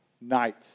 night